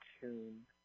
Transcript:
tune